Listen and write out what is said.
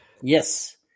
Yes